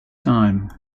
time